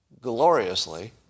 gloriously